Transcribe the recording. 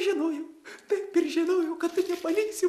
žinojau taip ir žinojau kad tu nepaliksi